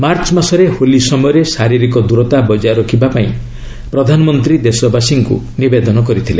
March ମାସରେ ହୋଲି ସମୟରେ ଶାରୀରିକ ଦୂରତା ବଜାୟ ରଖିବା ପାଇଁ ପ୍ରଧାନମନ୍ତ୍ରୀ ଦେଶବାସୀଙ୍କୁ ନିବେଦନ କରିଥିଲେ